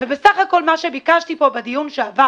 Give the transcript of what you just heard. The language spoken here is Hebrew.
ובסך הכול מה שביקשתי פה בדיון שעבר